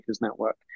Network